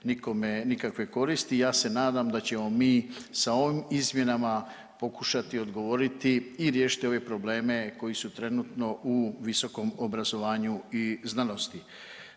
nikakve koristi, ja se nadam da ćemo mi sa ovim izmjenama pokušati odgovoriti i riješiti ove probleme koji su trenutno u visokom obrazovanju i znanosti.